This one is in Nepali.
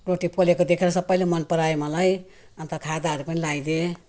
रोटी पोलेको देखेर सबैले मन पराए मलाई अनि त खादाहरू पनि लाइदिए